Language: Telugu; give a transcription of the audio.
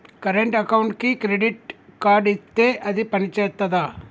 కరెంట్ అకౌంట్కి క్రెడిట్ కార్డ్ ఇత్తే అది పని చేత్తదా?